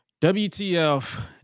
WTF